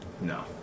No